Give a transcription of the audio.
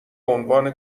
عنوان